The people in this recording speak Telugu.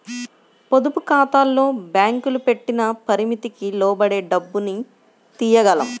పొదుపుఖాతాల్లో బ్యేంకులు పెట్టిన పరిమితికి లోబడే డబ్బుని తియ్యగలం